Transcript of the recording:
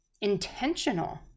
intentional